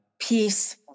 Peace